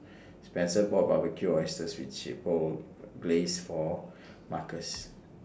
Spencer bought Barbecued Oysters with Chipotle Glaze For Markus